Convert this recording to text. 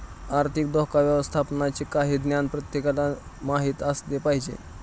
आर्थिक धोका व्यवस्थापनाचे काही ज्ञान प्रत्येकाला माहित असले पाहिजे